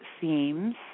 seems